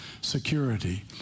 security